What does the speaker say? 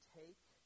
take